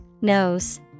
Nose